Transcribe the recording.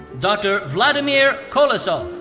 dr. vladimir kolesov.